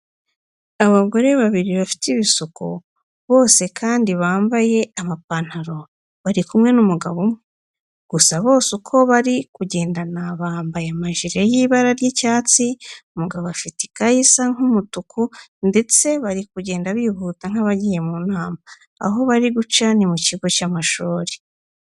Abagore babiri bafite ibisuko bose kandi bambaye amapantaro, bari kumwe n'umugabo umwe, gusa bose uko bari kugendana bambaye amajire y'ibara ry'icyatsi. Umugabo afite ikayi isa nk'umutuku ndetse bari kugenda bihuta nk'abagiye mu nama. Aho bari guca ni mu kigo cy'amashuri.